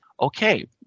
okay